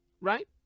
right